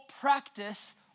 practice